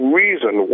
reason